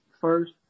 first